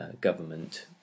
government